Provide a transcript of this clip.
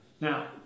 now